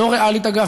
לא ריאלית, אגב.